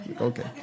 Okay